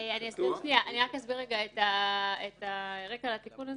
אני אסביר את הרקע לתיקון הנוסף.